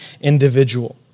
individual